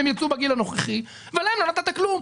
הן יצאו בגיל הנוכחי ולהן לא נתת כלום,